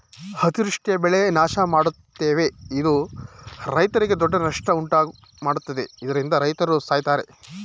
ಅತಿವೃಷ್ಟಿಯು ಬೆಳೆ ನಾಶಮಾಡ್ತವೆ ಇದು ರೈತ್ರಿಗೆ ದೊಡ್ಡ ನಷ್ಟ ಉಂಟುಮಾಡ್ತದೆ ಇದ್ರಿಂದ ರೈತ್ರು ಸಾಯ್ತರೆ